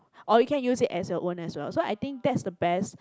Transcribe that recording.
or you can use it as your own as well so I think that's the best